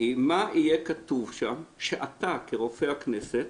היא מה יהיה כתוב שם שאתה כרופא הכנסת